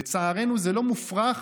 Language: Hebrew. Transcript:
לצערנו זה לא מופרך